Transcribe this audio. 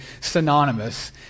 synonymous